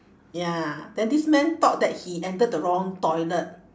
ya then this man thought that he enter the wrong toilet